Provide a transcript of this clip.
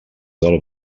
del